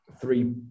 three